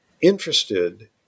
interested